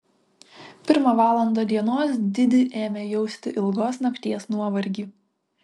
pirmą valandą dienos didi ėmė jausti ilgos nakties nuovargį